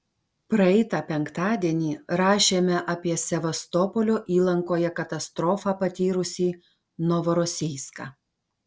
praeitą penktadienį rašėme apie sevastopolio įlankoje katastrofą patyrusį novorosijską